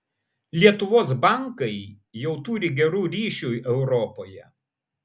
lietuvos bankai jau turi gerų ryšių europoje